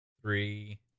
Three